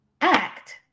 ACT